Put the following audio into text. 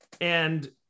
and-